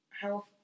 health